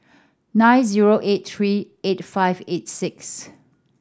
nine zero eight three eight five eight six